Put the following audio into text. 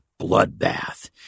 bloodbath